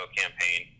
campaign